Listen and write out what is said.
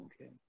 Okay